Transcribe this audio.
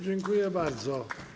Dziękuję bardzo.